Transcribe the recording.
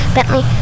Bentley